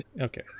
Okay